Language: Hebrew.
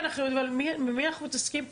עם מי אנחנו מתעסקים פה?